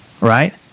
right